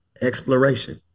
exploration